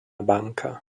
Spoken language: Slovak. banka